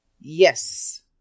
Yes